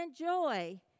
joy